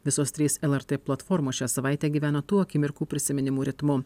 visos trys lrt platformos šią savaitę gyveno tų akimirkų prisiminimų ritmu